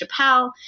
Chappelle